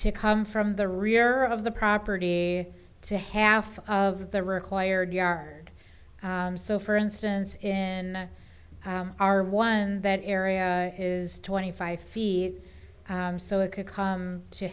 to come from the rear of the property to half of the required yard so for instance in our one that area is twenty five feet so it could come to